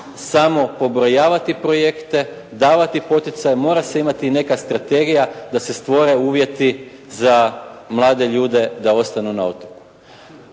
samo pobrojavati projekte, davati poticaje, mora se imati i neka strategija da se stvore uvjeti za mlade ljude da ostanu na otoku.